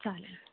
चालेल